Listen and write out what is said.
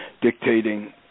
dictating